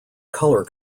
color